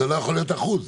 אבל זה לא יכול להיות אחוז.